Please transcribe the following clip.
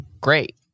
great